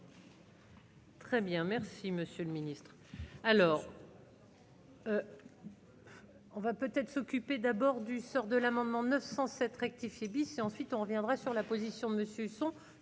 Très bien, merci Monsieur le Ministre, alors. On va peut-être s'occuper d'abord du sort de l'amendement 907 rectifié bis et ensuite on reviendra sur la position de monsieur sont